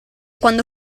quando